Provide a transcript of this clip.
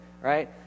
right